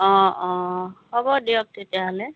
অঁ অঁ হ'ব দিয়ক তেতিয়াহ'লে